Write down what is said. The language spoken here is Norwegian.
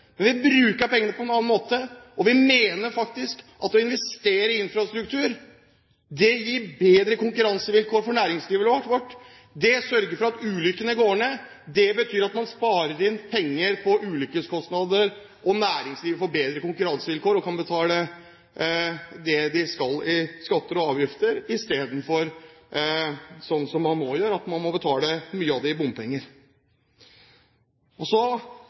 men vi bruker pengene på en annen måte, og vi mener faktisk at å investere i infrastruktur gir bedre konkurransevilkår for næringslivet vårt. Det sørger for at ulykkene går ned. Det betyr at man sparer inn penger på ulykkeskostnader, og næringslivet får bedre konkurransevilkår og kan betale det de skal i skatter og avgifter i stedet for, sånn som man nå gjør, å betale mye av det i bompenger. Så